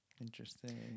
Interesting